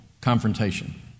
confrontation